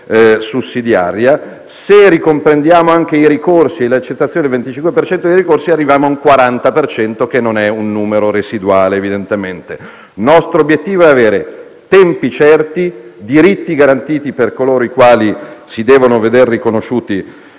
sussidiaria. Se ricomprendiamo anche i ricorsi e l'accettazione del 25 per cento dei ricorsi arriviamo a un 40 per cento, che non è un numero residuale evidentemente. Il nostro obiettivo è avere tempi certi e diritti garantiti per coloro i quali si devono vedere riconosciuti